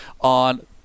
on